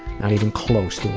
not even close to